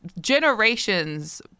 generations